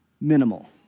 minimal